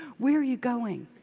where are you going?